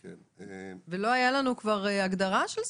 לא הייתה לנו הגדרה של זה?